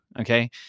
okay